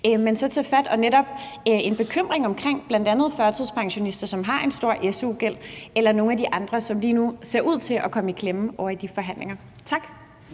man vil tage fat og netop bekymre sig om bl.a. førtidspensionister, som har en stor su-gæld, eller nogle af de andre, som lige nu ser ud til at komme i klemme i de forhandlinger. Tak.